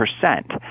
percent